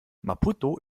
maputo